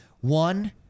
one